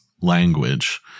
language